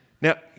Now